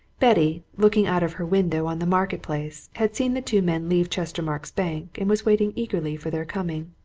betty, looking out of her window on the market-place, had seen the two men leave chestermarke's bank, and was waiting eagerly for their coming.